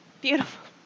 Beautiful